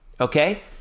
Okay